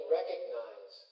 recognize